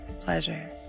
pleasure